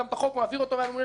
הוא מעביר אותו מהממונה לחטיבה,